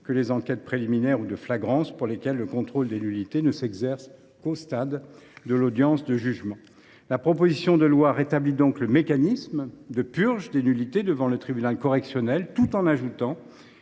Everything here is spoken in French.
que les enquêtes préliminaires ou de flagrance, pour lesquelles le contrôle des nullités ne s’exerce qu’au stade de l’audience de jugement. La proposition de loi rétablit le mécanisme de purge des nullités devant le tribunal correctionnel, tout en ajoutant